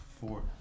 Four